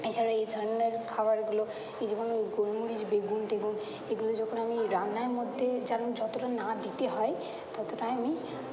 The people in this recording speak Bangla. এছাড়া এই ধরনের খাবারগুলো এই যেমন এই গোলমরিচ বেগুন টেগুন এগুলো যখন আমি রান্নার মধ্যে যেন যতোটা না দিতে হয় ততোটাই আমি মানে